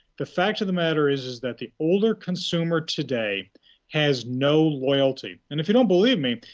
the fact of the matter is is that the older consumer today has no loyalty. and if you don't believe me,